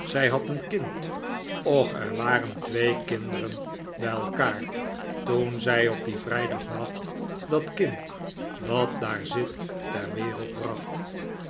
zij had een kind och er waren twee kinderen bij elkaar toen zij op dien vrijdagnacht dat kind dat daar zit ter wereld bracht